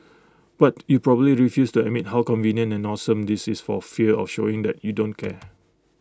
but you probably refuse to admit how convenient and awesome this is for fear of showing that you don't care